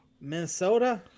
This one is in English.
Minnesota